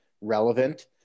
relevant